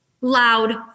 loud